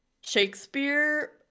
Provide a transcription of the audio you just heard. Shakespeare